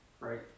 right